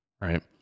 right